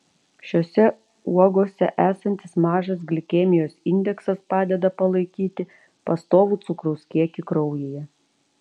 šiose uogose esantis mažas glikemijos indeksas padeda palaikyti pastovų cukraus kiekį kraujyje